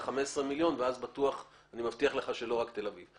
15 מיליון ואז אני מבטיח לך שלא רק תל אביב.